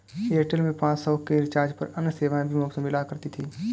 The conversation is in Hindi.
एयरटेल में पाँच सौ के रिचार्ज पर अन्य सेवाएं भी मुफ़्त मिला करती थी